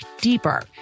deeper